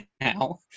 now